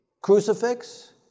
crucifix